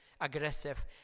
aggressive